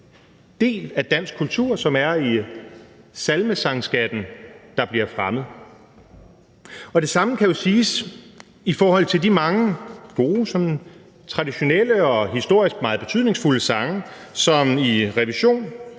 del af dansk kultur, som er i salmesangskatten, der bliver fremmed. Det samme kan jo siges i forhold til de mange gode, sådan traditionelle og historiske meget betydningsfulde sange, som i revision